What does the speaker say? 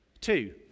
Two